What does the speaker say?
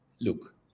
Look